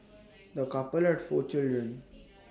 the couple had four children